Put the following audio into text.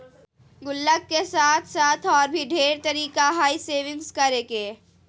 गुल्लक के साथ साथ और भी ढेर तरीका हइ सेविंग्स करे के